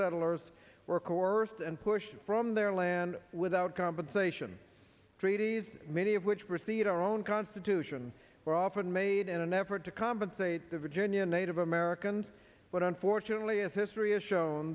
settlers were coerced and pushed from their land without compensation treaties many of which precede our own constitution were often made in an effort to compensate the virginia native americans but unfortunately as history has shown